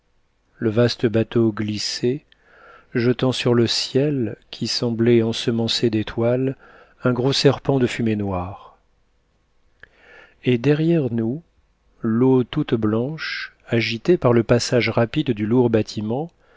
le vaste bateau glissait jetant sur le ciel qui semblait ensemencé d'étoiles un gros serpent de fumée noire et derrière nous l'eau toute blanche agitée par le passage rapide du lourd bâtiment